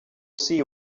see